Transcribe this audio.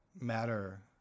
matter